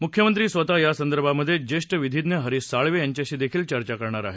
मुख्यमंत्री स्वत यासंदर्भामध्ये ज्येष्ठ विधिज्ञ हरिश साळवे यांच्याशी देखील चर्चा करणार आहेत